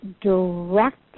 directly